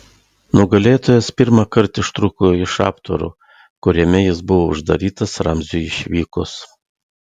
nugalėtojas pirmąkart ištrūko iš aptvaro kuriame jis buvo uždarytas ramziui išvykus